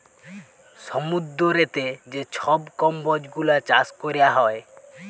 সমুদ্দুরেতে যে ছব কম্বজ গুলা চাষ ক্যরা হ্যয়